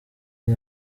ngo